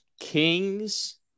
Kings